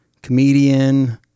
Comedian